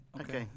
Okay